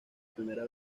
primera